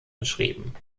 beschrieben